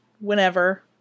Whenever